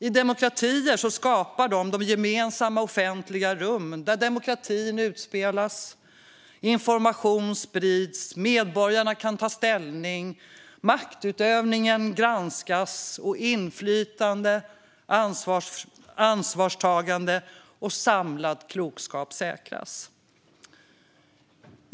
I demokratier skapar medierna gemensamma, offentliga rum där demokratin utspelas, information sprids och medborgarna kan ta ställning. Där granskas maktutövningen, och inflytande, ansvarstagande och samlad klokskap säkras.